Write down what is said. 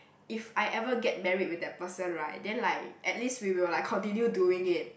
if I ever get married with that person right then like at least we will like continue doing it